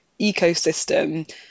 ecosystem